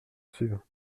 sûr